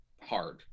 hard